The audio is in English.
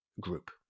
group